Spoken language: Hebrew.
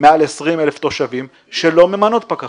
מעל 20 אלף תושבים שלא למנות פקחים,